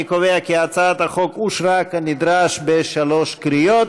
אני קובע כי הצעת החוק אושרה כנדרש בשלוש קריאות.